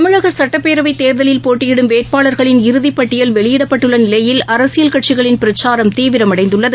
தமிழகசட்டப்பேரவைத் கேர்கலில் போட்டியிடும் வேட்பாளர்களின் இறுதிப்பட்டியல் வெளியிடப்பட்டுள்ளநிலையில் அரசியல் கட்சிகளின் பிரச்சாரம் தீவிரமடைந்துள்ளது